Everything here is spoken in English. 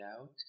out